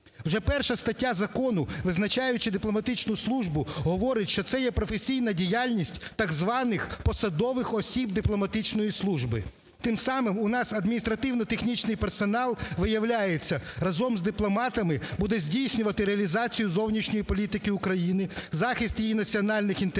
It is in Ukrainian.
Вже 1 стаття закону, визначаючи дипломатичну службу, говорить, що це є професійна діяльність так званих посадових осіб дипломатичної служби. Тим самим у нас адміністративно-технічний персонал, виявляється, разом з дипломатами буде здійснювати реалізацію зовнішньої політики України, захист її національних інтересів